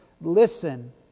listen